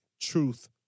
truth